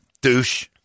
Douche